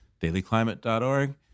dailyclimate.org